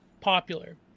popular